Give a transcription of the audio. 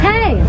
Hey